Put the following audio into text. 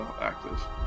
active